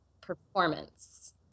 performance